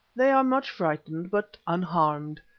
they are much frightened, but unharmed.